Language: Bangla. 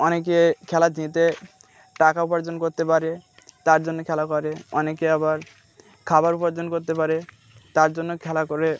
অনেকে খেলা জিতে টাকা উপার্জন করতে পারে তার জন্য খেলা করে অনেকে আবার খাবার উপার্জন করতে পারে তার জন্য খেলা করে